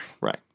Right